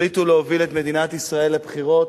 החליטו להוביל את מדינת ישראל לבחירות,